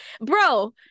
bro